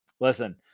Listen